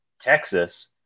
texas